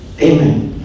Amen